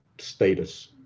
status